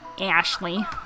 ashley